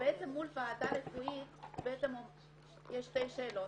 ובעצם מול ועדה רפואית יש שתי שאלות,